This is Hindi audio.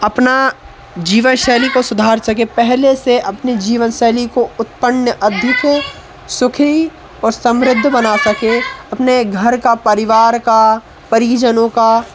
अपना जीवनशैली को सुधार सके पहले से अपने जीवन शैली को उत्पन्न अभित सुखी और समृद्ध बना सके अपने घर का परिवार का परिजनों का